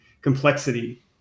complexity